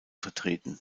vertreten